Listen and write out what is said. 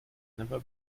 never